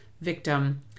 victim